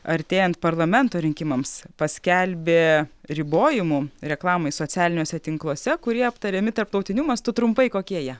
artėjant parlamento rinkimams paskelbė ribojimų reklamai socialiniuose tinkluose kurie aptariami tarptautiniu mastu trumpai kokie jie